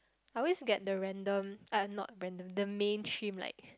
I always get the random uh not random the mainstream like